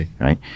right